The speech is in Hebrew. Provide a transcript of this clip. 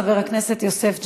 של חבר הכנסת יוסף ג'בארין: